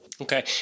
Okay